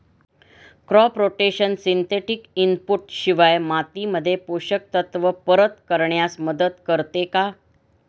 Crop rotation synthetic input शिवाय मातीमध्ये पोषक तत्त्व परत करण्यास मदत करते का?